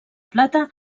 plata